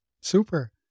Super